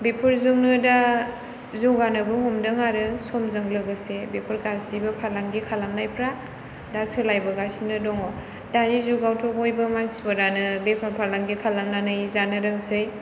बेफोरजोंनो दा जौगानोबो हमदों आरो समजों लोगोसे बेफोर गासिबो फालांगि खालामनायफ्रा दा सोलायबोगासिनो दङ दानि जुगावथ' बयबो मानसिफोरानो बेफार फालांगि खालामनानै जानो रोंसै